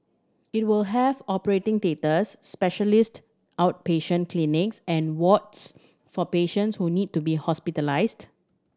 it will have operating theatres specialist outpatient clinics and wards for patients who need to be hospitalised